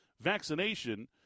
vaccination